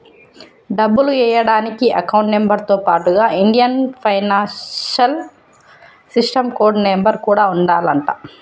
డబ్బులు ఎయ్యడానికి account number తో పాటుగా Indian financial system code number కూడా ఉండాలంట